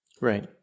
Right